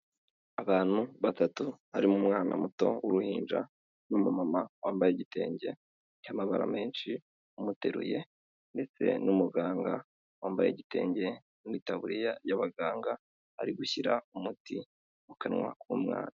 Abantu batatu barimo umwana muto uruhinja, n'umumama wambaye igitenge cy'amabara menshi umuteruye, ndetse n'umuganga wambaye itaburiya y'abaganga ari gushyira umuti mu kanwa k'umwana.